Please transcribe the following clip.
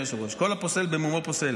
אדוני היושב-ראש: כל הפוסל במומו פוסל.